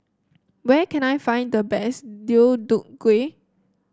where can I find the best Deodeok Gui